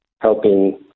helping